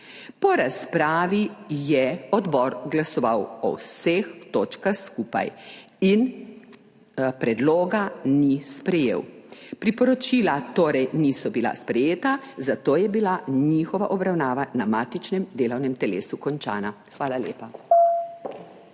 Po razpravi je odbor glasoval o vseh točkah skupaj in predloga ni sprejel. Priporočila torej niso bila sprejeta, zato je bila njihova obravnava na matičnem delovnem telesu končana. Hvala lepa.